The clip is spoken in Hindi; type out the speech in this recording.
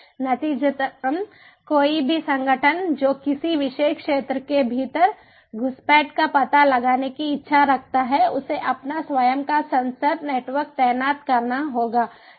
नतीजतन कोई भी संगठन जो किसी विशेष क्षेत्र के भीतर घुसपैठ का पता लगाने की इच्छा रखता है उसे अपना स्वयं का सेंसर नेटवर्क तैनात करना होगा